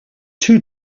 two